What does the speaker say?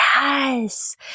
Yes